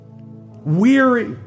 Weary